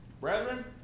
Brethren